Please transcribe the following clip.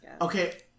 Okay